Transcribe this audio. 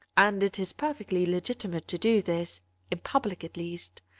and it is perfectly legitimate to do this in public at least.